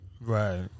Right